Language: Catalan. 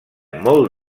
molt